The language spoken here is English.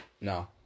No